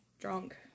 drunk